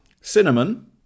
Cinnamon